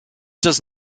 does